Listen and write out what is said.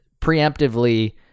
preemptively